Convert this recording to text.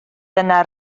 dyna